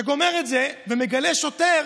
אתה גומר את זה ומגלה שוטר,